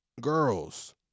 Girls